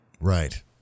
Right